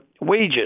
wages